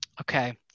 okay